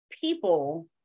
people